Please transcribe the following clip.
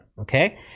Okay